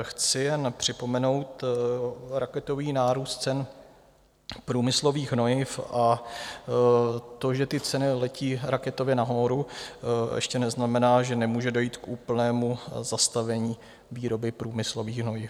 Chci jen připomenout raketový nárůst cen průmyslových hnojiv, a to, že ty ceny letí raketově nahoru, ještě neznamená, že nemůže dojít k úplnému zastavení výroby průmyslových hnojiv.